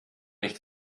nicht